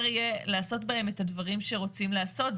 יהיה לעשות בהם את הדברים שרוצים לעשות,